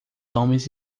homens